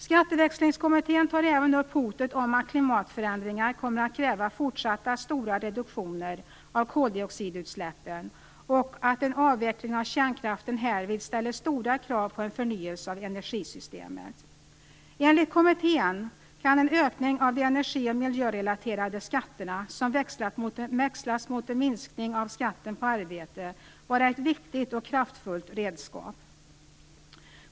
Skatteväxlingskommittén tar även upp hotet om att klimatförändringar kommer att kräva fortsatta stora reduktioner av koldioxidutsläppen och att en avveckling av kärnkraften härvid ställer stora krav på en förnyelse av energisystemet. Enligt kommittén kan en ökning av de energi och miljörelaterade skatterna, som växlas mot en minskning av skatten på arbete, vara ett viktigt och kraftfullt redskap.